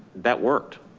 that worked,